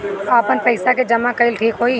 आपन पईसा के जमा कईल ठीक होई?